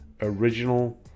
original